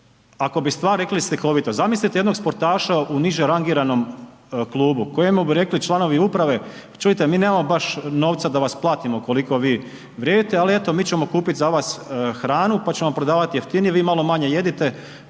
ako bi stvar rekli slikovito, zamislite jednog sportaša u niže rangiranom klubu kojemu bi rekli članovi uprave, čujte, mi nemamo baš novca da vas platimo koliko vi vrijedite, ali eto mi ćemo kupit za vas hranu, pa ćemo prodavat jeftinije, vi malo manje jedite,